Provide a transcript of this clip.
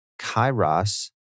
Kairos